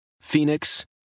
Phoenix